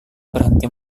berhenti